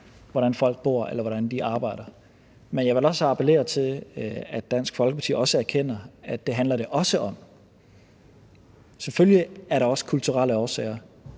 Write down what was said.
hvordan folk bor, eller hvordan de arbejder. Men jeg vil også appellere til, at Dansk Folkeparti erkender, at det handler det også om. Selvfølgelig er der også kulturelle årsager,